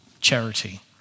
charity